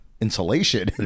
insulation